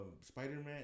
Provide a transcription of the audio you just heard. Spider-Man